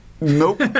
nope